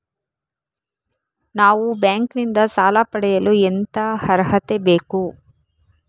ನಾವು ಬ್ಯಾಂಕ್ ನಿಂದ ಸಾಲ ಪಡೆಯಲು ಎಂತ ಅರ್ಹತೆ ಬೇಕು?